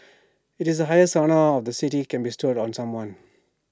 IT is the highest honour of the city can bestow on someone